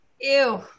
Ew